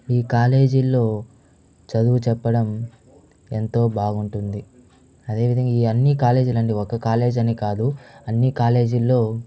ఈ కాలేజీ లో చదువు చెప్పడం ఎంతో బాగుంటుంది అదేవిధంగా ఈ అన్ని కాలేజీలండి ఒక కాలేజ్ అని కాదు అన్ని కాలేజీల్లో